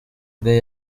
bwe